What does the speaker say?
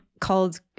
called